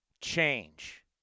change